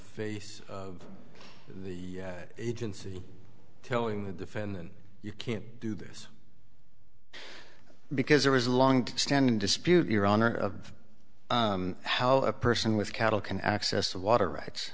face of the agency telling the defendant you can't do this because there is a long standing dispute your honor of how a person with cattle can access water rights